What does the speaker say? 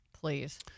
Please